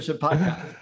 podcast